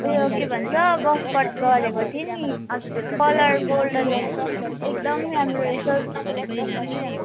उयो के भन्छ बक्स कट गरेको थिएँ नि कलर गोल्डनमा थियो नि एकदम राम्रो रहेछ तपाईँलाई थ्याङ्क्यु